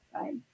right